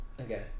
Okay